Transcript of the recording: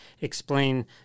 explain